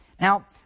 Now